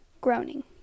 groaning